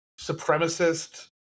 supremacist